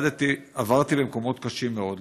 עברתי במקומות קשים מאוד.